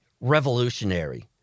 revolutionary